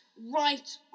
right